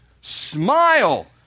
Smile